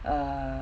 err